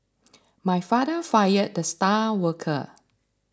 my father fired the star worker